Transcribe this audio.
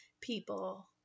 people